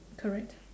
correct